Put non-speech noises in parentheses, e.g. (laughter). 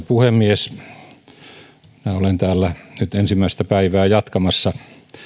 (unintelligible) puhemies minä olen täällä nyt ensimmäistä päivää jatkamassa